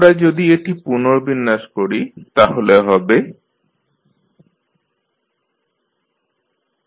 আমরা যদি এটি পুনর্বিন্যাস করি তাহলে হবে iCd2dt21Rdψdt1L